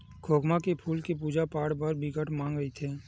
खोखमा के फूल के पूजा पाठ बर बिकट मांग रहिथे